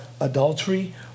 adultery